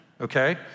okay